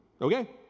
Okay